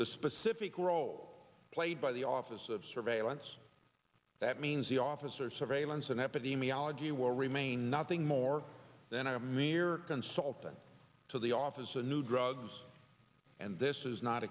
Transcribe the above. the specific role played by the office of surveillance that means the office or surveillance and epidemiology will remain nothing more than a mere consultant to the office a new drugs and this is not